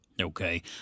Okay